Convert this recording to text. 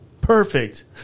Perfect